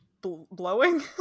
blowing